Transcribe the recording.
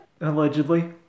Allegedly